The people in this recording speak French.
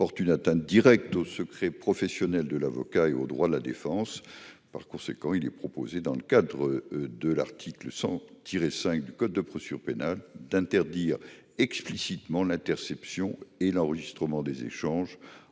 portent une atteinte directe au secret professionnel de l'avocat et aux droits de la défense. Par conséquent, il est proposé, dans le cadre de l'article 100-5 du code de procédure pénale, d'interdire explicitement l'interception et l'enregistrement des échanges